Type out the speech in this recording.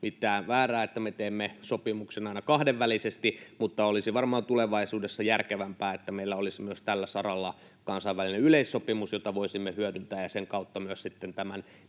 mitään väärää, että me teemme sopimuksen aina kahdenvälisesti, mutta olisi varmaan tulevaisuudessa järkevämpää, että meillä olisi myös tällä saralla kansainvälinen yleissopimus, jota voisimme hyödyntää. Sen kautta sitten myös